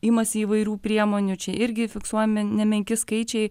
imasi įvairių priemonių čia irgi fiksuojami nemenki skaičiai